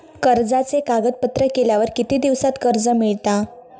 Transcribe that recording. कर्जाचे कागदपत्र केल्यावर किती दिवसात कर्ज मिळता?